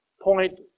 point